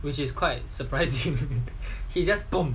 which is quite surprised him he just